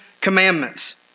Commandments